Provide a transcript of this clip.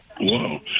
Whoa